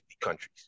countries